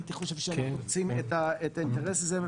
הייתי חושב שאנחנו רוצים את האינטרס הזה.